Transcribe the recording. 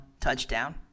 touchdown